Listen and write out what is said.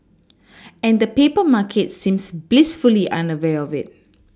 and the paper market seems blissfully unaware of it